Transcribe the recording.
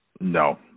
no